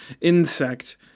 insect